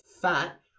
fat